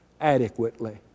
adequately